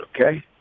okay